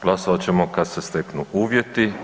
Glasovat ćemo kad se steknu uvjeti.